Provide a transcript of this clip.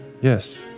yes